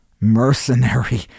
mercenary